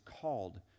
called